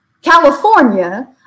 California